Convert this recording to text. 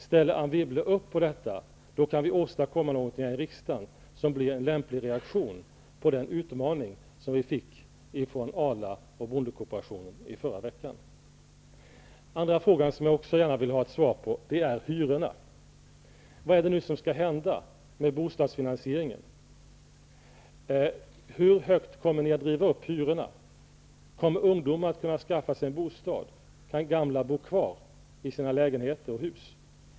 Om Anne Wibble ställer upp på detta kan vi åstadkomma något här i riksdagen som blir en lämplig reaktion på den utmaning som vi fick från Arla och bondekooperationen i förra veckan. Den andra fråga som jag också gärna vill ha ett svar på gäller hyrorna. Vad är det nu som skall hända med bostadsfinansieringen? Hur högt kommer ni att driva upp hyrorna? Kommer ungdomar att kunna skaffa sig en bostad? Kan gamla bo kvar i sina lägenheter och i sina hus?